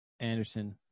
anderson